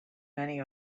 many